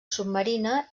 submarina